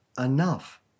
enough